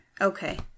okay